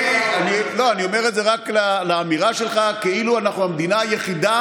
אני אומר את זה רק על האמירה שלך כאילו אנחנו המדינה היחידה